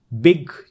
big